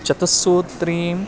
चतुःसूत्रीं